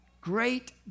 Great